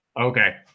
Okay